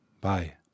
Bye